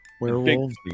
werewolves